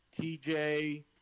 TJ